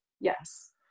Yes